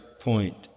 point